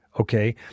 okay